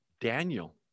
Daniel